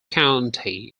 county